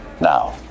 Now